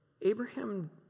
Abraham